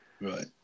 Right